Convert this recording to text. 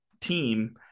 team